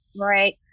right